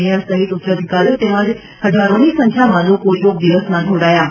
mayor સહિત ઉચ્ચ અધિકારીઓ તેમજ હજારોની સંખ્યામાં લોકો યોગ દિવસમાં જોડાયા હતા